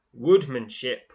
woodmanship